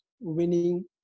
winning